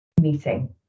meeting